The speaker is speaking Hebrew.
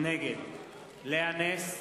נגד לאה נס,